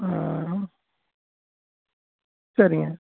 சரிங்க